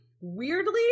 weirdly